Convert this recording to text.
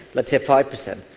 but to five percent.